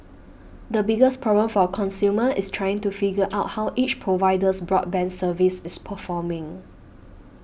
the biggest problem for a consumer is trying to figure out how each provider's broadband service is performing